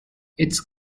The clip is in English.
its